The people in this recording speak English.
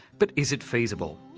but is it feasible?